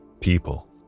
people